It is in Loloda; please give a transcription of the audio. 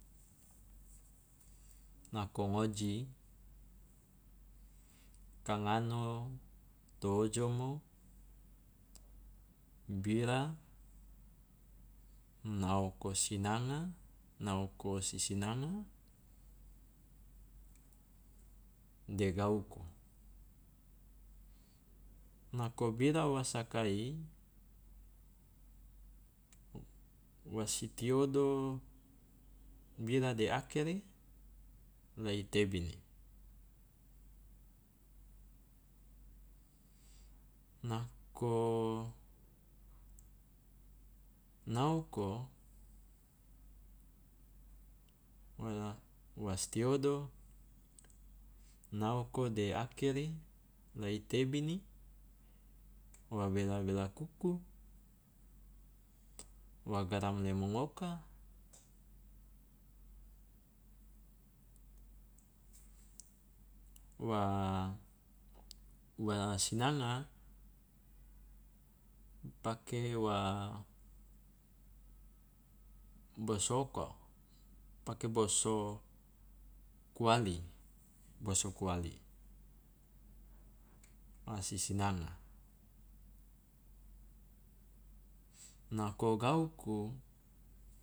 Nako ngoji, ka ngano to ojomo bira, naoko sinanga naoko sisinanga, de gauku, nako bira wa sakai wa si tiodo bira de akere la i tebini, nako naoko wa wa si tiodo naoko de akere la i tebini, wa bela bela kuku, wa garam lemong oka, wa wa sinanga pake wa bosoko pake boso kuali boso kuali wa sisinanga, nako gauku